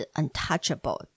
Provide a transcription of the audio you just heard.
untouchable